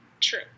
true